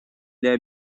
для